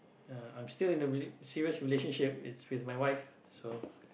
uh I'm still in a rela~ serious relationship it's with my wife so